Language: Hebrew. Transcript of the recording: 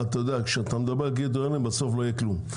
כשאתה מדבר על קריטריונים, בסוף לא יהיה כלום.